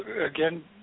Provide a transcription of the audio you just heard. again